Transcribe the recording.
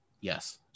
yes